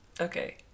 okay